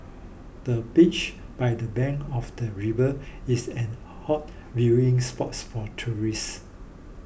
the beach by the bank of the river is an hot viewing spots for tourists